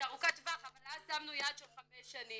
זו תכנית ארוכת טווח אבל שמנו יעד של חמש שנים